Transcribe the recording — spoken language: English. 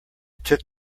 took